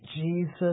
Jesus